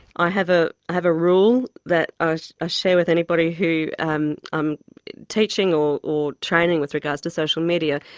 i have ah have a rule that i ah ah share with anybody who i'm i'm teaching or or training with regards to social media,